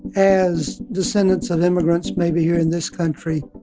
as descendants of immigrants, maybe, here in this country.